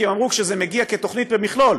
כי הם אמרו: כשזה מגיע בתוכנית כמכלול,